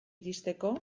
iristeko